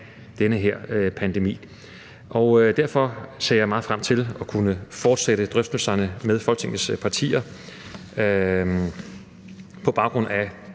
den her pandemi. Derfor ser jeg meget frem til at kunne fortsætte drøftelserne med Folketingets partier på baggrund af